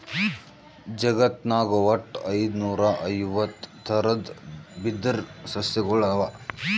ಜಗತ್ನಾಗ್ ವಟ್ಟ್ ಐದುನೂರಾ ಐವತ್ತ್ ಥರದ್ ಬಿದಿರ್ ಸಸ್ಯಗೊಳ್ ಅವಾ